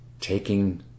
taking